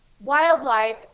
wildlife